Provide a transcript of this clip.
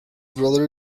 brother